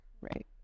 Right